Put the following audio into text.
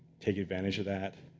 take advantage of that.